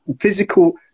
physical